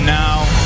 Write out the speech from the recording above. now